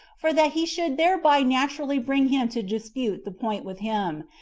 for that he should thereby naturally bring him to dispute the point with him,